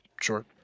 Sure